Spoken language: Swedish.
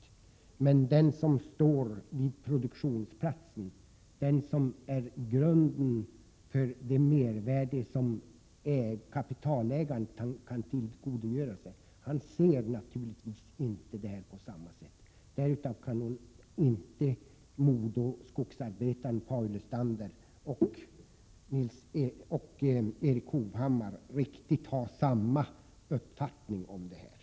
Men den som står ute i produktionen, den som är grunden för det mervärde som kapitalägaren kan tillgodogöra sig, ser naturligtvis inte detta på samma sätt. MoDo-skogsarbetaren Paul Lestander och Erik Hovhammar kan nog inte ha riktigt samma uppfattning om detta.